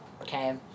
Okay